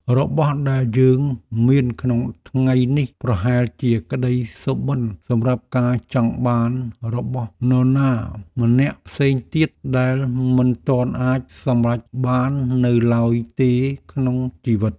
របស់ដែលយើងមានក្នុងថ្ងៃនេះប្រហែលជាក្ដីសុបិនសម្រាប់ការចង់បានរបស់នរណាម្នាក់ផ្សេងទៀតដែលមិនទាន់អាចសម្រេចបាននៅឡើយទេក្នុងជីវិត។